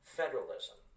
federalism